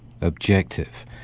objective